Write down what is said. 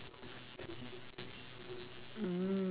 mm